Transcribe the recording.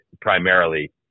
primarily